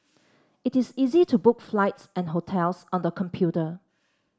it is easy to book flights and hotels on the computer